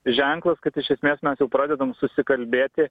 ženklas kad iš esmės mes jau pradedam susikalbėti